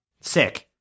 Sick